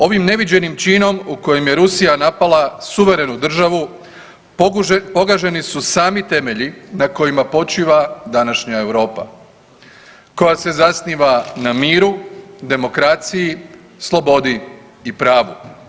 Ovim neviđenim činom u kojem je Rusija napala suverenu državu, pogaženi su sami temelju na kojima počiva današnja Europa koja se zasniva na miru, demokraciji, slobodi i pravu.